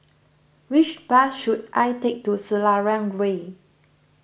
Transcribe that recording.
which bus should I take to Selarang Way